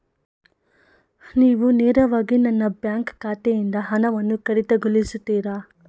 ನೀವು ನೇರವಾಗಿ ನನ್ನ ಬ್ಯಾಂಕ್ ಖಾತೆಯಿಂದ ಹಣವನ್ನು ಕಡಿತಗೊಳಿಸುತ್ತೀರಾ?